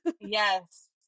Yes